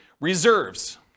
reserves